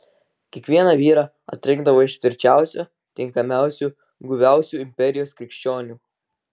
kiekvieną vyrą atrinkdavo iš tvirčiausių tinkamiausių guviausių imperijos krikščionių